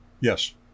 Yes